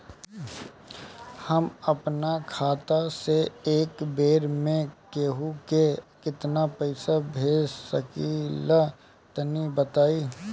हम आपन खाता से एक बेर मे केंहू के केतना पईसा भेज सकिला तनि बताईं?